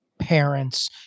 parents